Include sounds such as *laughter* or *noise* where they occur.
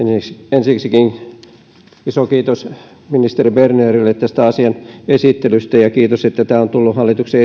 ensiksikin iso kiitos ministeri bernerille tästä asian esittelystä ja kiitos että tämä on tullut hallituksen *unintelligible*